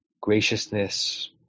graciousness